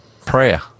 prayer